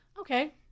okay